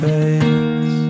Face